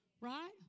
Right